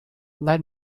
let